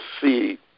see